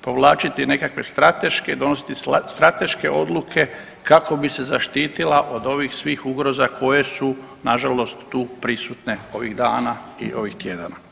povlačiti nekakve strateške, donositi strateške odluke kako bi se zaštitila od ovih svih ugroza koje su nažalost tu prisutne ovih dana i ovih tjedana.